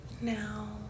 Now